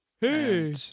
Hey